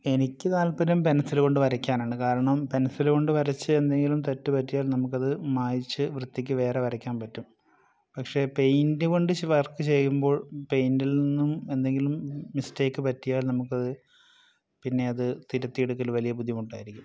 എനിക്ക് താല്പര്യം പെൻസില് കൊണ്ട് വരയ്ക്കാനാണ് കാരണം പെൻസില് കൊണ്ട് വരച്ച് എന്തെങ്കിലും തെറ്റു പറ്റിയാൽ നമുക്കത് മായ്ച്ച് വൃത്തിക്ക് വേറെ വരയ്ക്കാൻ പറ്റും പക്ഷേ പെയിൻറ്റ് കൊണ്ട് വർക്ക് ചെയ്യുമ്പോൾ പെയിൻറ്റിൽ നിന്നും എന്തെങ്കിലും മിസ്റ്റേക്ക് പറ്റിയാൽ നമുക്കത് പിന്നെ അത് തിരുത്തി എടുക്കല് വലിയ ബുദ്ധിമുട്ടായിരിക്കും